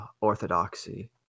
orthodoxy